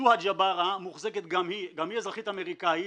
סוהא ג'בארה, גם היא אזרחית אמריקנית.